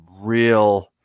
real –